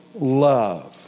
love